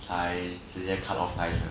才直接 cut off ties